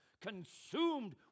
Consumed